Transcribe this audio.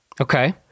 okay